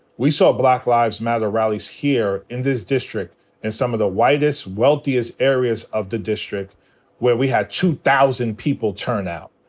we saw black lives matter rallies here in this district in some of the whitest, wealthiest areas of the district where we had two thousand people turn out.